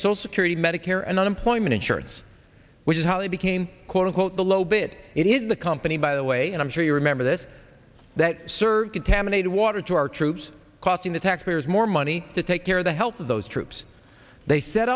social security medicare and unemployment insurance which is how they became quote unquote the low bit it is the company by the way and i'm sure you remember this that served contaminated water to our troops costing the taxpayers more money to take care of the health of those troops they set